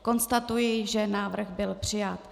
Konstatuji, že návrh byl přijat.